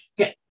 Okay